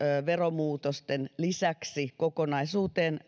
veromuutosten lisäksi kokonaisuuteen